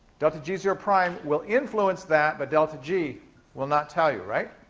delta g zero prime will influence that, but delta g will not tell you, right?